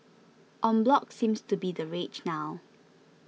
en bloc seems to be the rage now